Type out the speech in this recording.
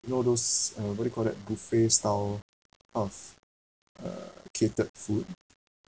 you know those uh what you call that buffet style of uh catered food